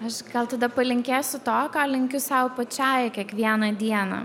aš gal tada palinkėsiu to ką linkiu sau pačiai kiekvieną dieną